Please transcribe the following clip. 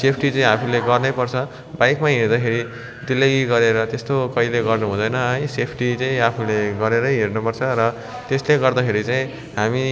safety चाहिँ आफूले गर्नै पर्छ बाइकमा हिँड्दाखेरि दिल्लगी गरेर त्यस्तो कहिले गर्नु हुँदैन है सेफ्टी चाहिँ आफूले गरेरै हिँड्नु पर्छ र त्यसले गर्दाखेरि चाहिँ हामी